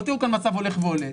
לא תיארו כאן מצב הולך ועולה,